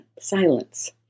silence